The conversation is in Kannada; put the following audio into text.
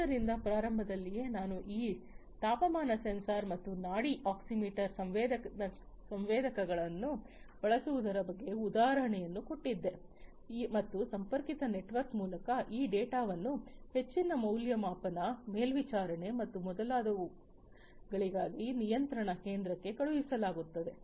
ಆದ್ದರಿಂದ ಪ್ರಾರಂಭದಲ್ಲಿಯೇ ನಾನು ಈ ತಾಪಮಾನ ಸೆನ್ಸಾರ್ ಮತ್ತು ನಾಡಿ ಆಕ್ಸಿಮೀಟರ್ ಸಂವೇದಕವನ್ನು ಬಳಸುವುದರ ಬಗ್ಗೆ ಉದಾಹರಣೆಯನ್ನು ಕೊಟ್ಟಿದ್ದೆ ಮತ್ತು ಸಂಪರ್ಕಿತ ನೆಟ್ವರ್ಕ್ ಮೂಲಕ ಈ ಡೇಟಾವನ್ನು ಹೆಚ್ಚಿನ ಮೌಲ್ಯಮಾಪನ ಮೇಲ್ವಿಚಾರಣೆ ಮತ್ತು ಮುಂತಾದವುಗಳಿಗಾಗಿ ನಿಯಂತ್ರಣ ಕೇಂದ್ರಕ್ಕೆ ಕಳುಹಿಸಲಾಗುತ್ತದೆ